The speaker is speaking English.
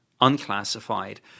unclassified